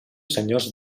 senyors